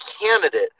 candidate